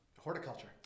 Horticulture